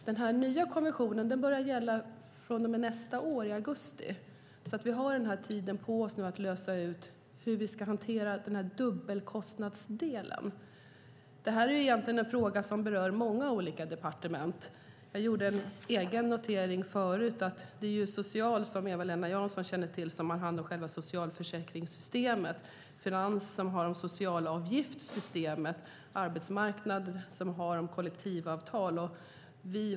Den nya konventionen börjar gälla i augusti nästa år. Vi har den tiden på oss att lösa ut hur vi ska hantera dubbelkostnadsdelen. Det här är egentligen en fråga som berör många olika departement. Jag gjorde en egen notering tidigare att det är Socialdepartementet, som Eva-Lena Jansson känner till, som har hand om själva socialförsäkringssystemet. Finansdepartementet tar hand om socialavgiftssystemet. Arbetsmarknadsdepartementet tar hand om kollektivavtal.